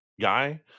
guy